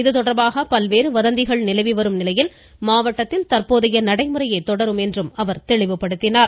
இதுதொடர்பாக பல்வேறு வதந்திகள் நிலவி வரும் நிலையில் மாவட்டத்தில் தற்போதைய நடைமுறையே தொடரும் என்றும் அவர் தெளிவுபடுத்தியுள்ளார்